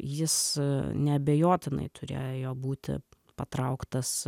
jis neabejotinai turėjo būti patrauktas